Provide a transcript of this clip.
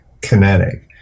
kinetic